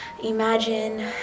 Imagine